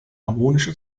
harmonische